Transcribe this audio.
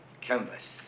Canvas